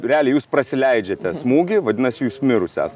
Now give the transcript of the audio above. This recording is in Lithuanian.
realiai jūs pasileidžiate smūgį vadinasi jūs mirusi esat